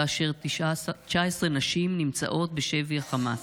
כאשר 19 נשים נמצאות בשבי חמאס.